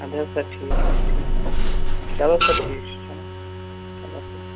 اَدٕ حظ سَر ٹھیٖک حظ چھُ ٹھیٖک حظ چھُ چَلو سَر ٹھیٖک چھُ چَلو چَلو ٹھیٖک چھُ